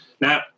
now